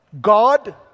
God